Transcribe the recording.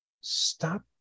stop